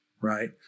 right